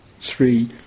three